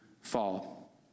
fall